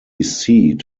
seat